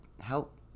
help